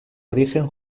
origen